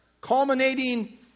culminating